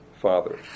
father